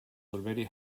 already